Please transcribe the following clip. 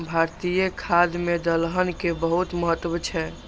भारतीय खाद्य मे दलहन के बहुत महत्व छै